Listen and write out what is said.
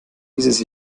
dieses